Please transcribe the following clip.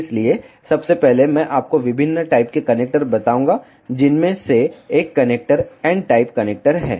इसलिए सबसे पहले मैं आपको विभिन्न टाइप के कनेक्टर बताऊंगा जिनमें से एक कनेक्टर n टाइप कनेक्टर है